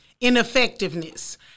ineffectiveness